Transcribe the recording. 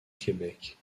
québec